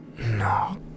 no